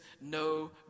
no